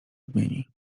odmieni